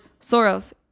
Soros